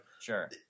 Sure